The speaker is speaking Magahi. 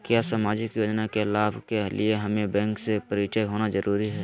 क्या सामाजिक योजना के लाभ के लिए हमें बैंक से परिचय होना जरूरी है?